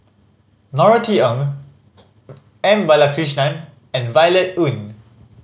Norothy Ng M Balakrishnan and Violet Oon